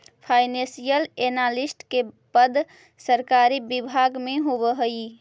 financial analyst के पद सरकारी विभाग में होवऽ हइ